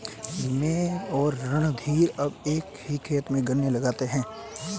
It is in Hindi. मैं और रणधीर अब एक ही खेत में गन्ने लगाते हैं